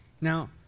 Now